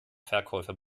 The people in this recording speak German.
verkäufer